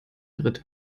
dritte